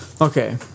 Okay